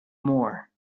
more